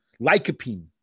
lycopene